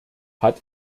hat